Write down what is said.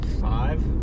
five